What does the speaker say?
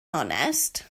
onest